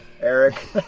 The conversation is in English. Eric